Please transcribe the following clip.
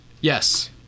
yes